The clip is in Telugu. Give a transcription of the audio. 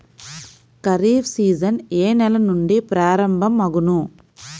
ఖరీఫ్ సీజన్ ఏ నెల నుండి ప్రారంభం అగును?